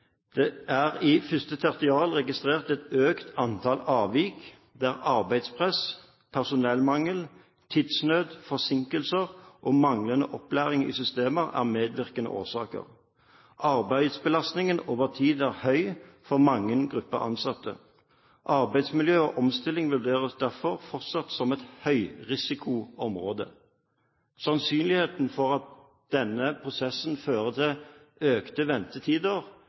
er i 1. tertial registrert et økt antall avvik der arbeidspress, personellmangel, tidsnød, forsinkelser og manglende opplæring i systemer er medvirkende årsaker. Arbeidsbelastningen over tid er høy for mange grupper ansatte. Arbeidsmiljø og omstilling vurderes derfor fortsatt som et høyrisikoområde.» Sannsynligheten for at denne prosessen fører til økte ventetider,